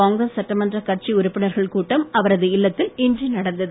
காங்கிரஸ் சட்டமன்ற கட்சி உறுப்பினர்கள் கூட்டம் அவரது இல்லத்தில் இன்று நடந்தது